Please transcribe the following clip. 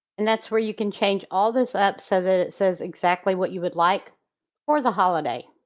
and that's where you can change all this up so that it says exactly what you would like for the holiday.